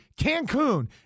Cancun